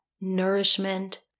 nourishment